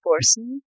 person